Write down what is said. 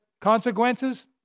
consequences